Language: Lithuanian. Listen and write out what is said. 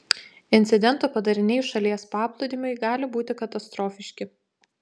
incidentų padariniai šalies paplūdimiui gali būti katastrofiški